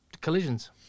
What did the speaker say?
collisions